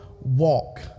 walk